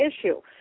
issue